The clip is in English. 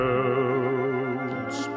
else